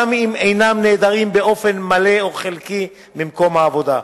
אם אינם נעדרים באופן מלא או חלקי ממקום העבודה,